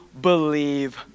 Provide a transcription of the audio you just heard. believe